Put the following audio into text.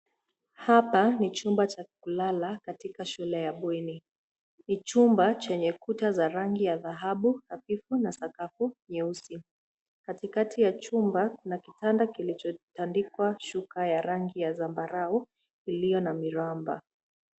Hapa ni chumba cha kulala katika shule ya bweni. Ni chumba chenye kuta za rangi ya dhahabu nadhifu na sakafu nyeusi. Katikati ya chumba kuna kitanda kilichotandikwa shuka ya rangi ya zambarau iliyo na miraba.